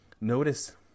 Notice